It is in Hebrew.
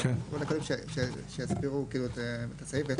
קודם שיסבירו את הסעיף.